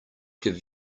give